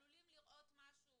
עלולים לראות משהו